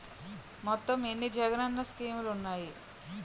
మొత్తం ఎన్ని జగనన్న స్కీమ్స్ ఉన్నాయి?